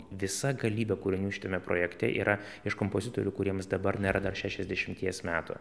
visa galybė kūrinių šitame projekte yra iš kompozitorių kuriems dabar nėra dar šešiasdešimties metų